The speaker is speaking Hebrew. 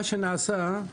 מה שנעשה,